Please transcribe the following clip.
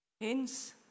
Hence